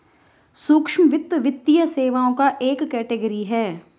सूक्ष्म वित्त, वित्तीय सेवाओं का एक कैटेगरी है